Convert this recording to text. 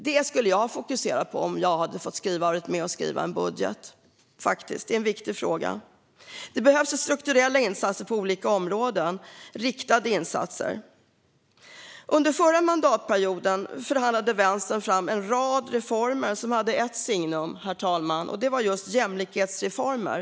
Det skulle jag ha fokuserat på om jag hade fått vara med och skriva en budget. Det är en viktig fråga. Det behövs strukturella, riktade insatser på olika områden. Under den förra mandatperioden förhandlade Vänstern fram en rad reformer som hade ett signum, herr talman, och det handlade om just jämlikhetsreformer.